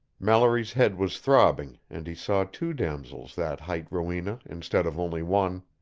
mallory's head was throbbing, and he saw two damosels that hight rowena instead of only one.